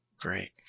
Great